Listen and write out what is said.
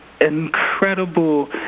incredible